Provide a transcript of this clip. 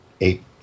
eight